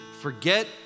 forget